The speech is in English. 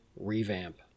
revamp